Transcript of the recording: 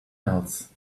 else